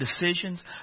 decisions